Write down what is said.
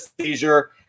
seizure